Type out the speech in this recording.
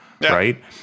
right